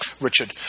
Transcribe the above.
Richard